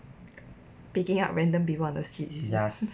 picking up random people on the streets